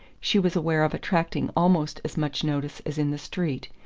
she was aware of attracting almost as much notice as in the street,